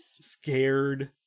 Scared